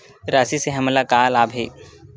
राशि से हमन ला का लाभ हे?